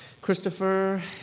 Christopher